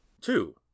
Two